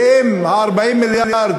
ואם 40 המיליארד